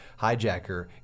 hijacker